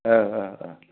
ओ ओ ओ